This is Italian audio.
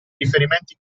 riferimenti